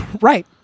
Right